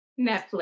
Netflix